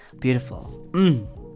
Beautiful